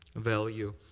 value,